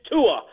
Tua